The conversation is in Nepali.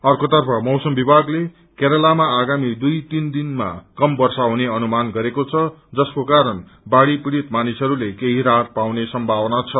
अर्को तर्फ मौसम विभागले केरलामा आगामी दुई तीन दिनमस कम वर्षा हुने अनुमान गरेको छ जसको कारण बाढ़ी पीड़ित मानिसहस्ले केही राहत पाउने सम्भावना छ